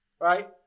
right